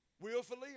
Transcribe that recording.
willfully